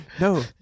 No